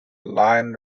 lion